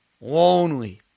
lonely